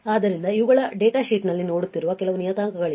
ಆದ್ದರಿಂದ ಇವುಗಳು ಡೇಟಾಶೀಟ್ನಲ್ಲಿ ನೋಡುತ್ತಿರುವ ಕೆಲವು ನಿಯತಾಂಕಗಳಾಗಿವೆ